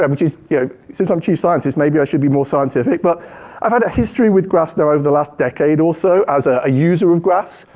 um which is yeah since i'm chief scientist maybe i should be more scientific. but i've had a history with graphs though over the last decade or so as ah a user of graphs,